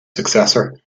successor